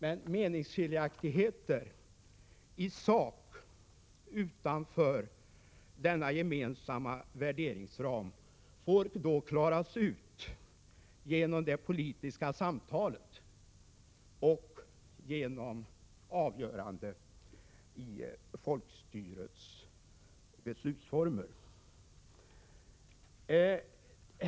Meningsskiljaktigheter i sak utanför denna gemensamma värderingsram får klaras ut genom det politiska samtalet och genom avgörande i folkstyrets beslutsformer.